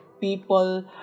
people